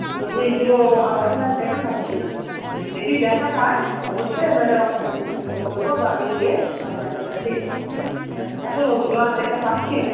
এইগুলো আর এখন আর দেখা পাচ্ছি না যদি দেখা পাই অবশ্যই ম্যাডাম আপনার কাছে আমি ফোন করবো বা আমি নিয়ে কাছে আপনার কাছেই যাবো এ এখন ওগুলো আর দেখা পাচ্ছি না